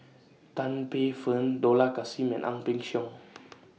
Tan Paey Fern Dollah Kassim and Ang Peng Siong